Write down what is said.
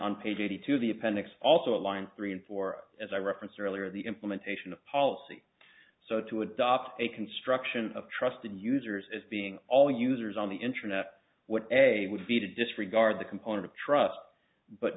page eighty two the appendix also at line three and four as i referenced earlier the implementation of policy so to adopt a construction of trusted users as being all users on the internet what a would be to disregard the component of trust but